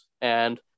And-